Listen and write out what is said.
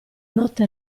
notte